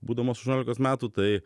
būdamas aštuoniolikos metų tai